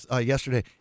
yesterday